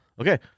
Okay